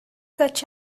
such